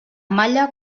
malla